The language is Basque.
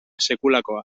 sekulakoa